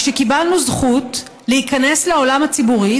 כשקיבלנו זכות להיכנס לעולם הציבורי,